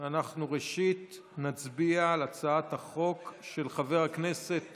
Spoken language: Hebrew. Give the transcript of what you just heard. ראשית, אנחנו נצביע על הצעת החוק של חבר הכנסת